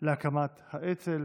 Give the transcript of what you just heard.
להקמת האצ"ל.